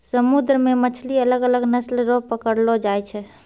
समुन्द्र मे मछली अलग अलग नस्ल रो पकड़लो जाय छै